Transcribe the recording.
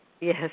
Yes